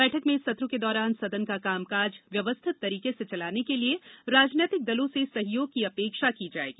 बैठक में सत्र के दौरान सदन का कामकाज व्यवस्थित तरीके से चलाने के लिए राजनीतिक दलों से सहयोग की अपेक्षा की जायेगी